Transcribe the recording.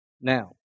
Now